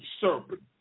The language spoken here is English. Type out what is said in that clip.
serpent